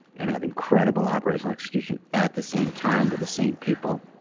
and have incredible operational execution at the same time with the same people.